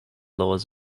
laws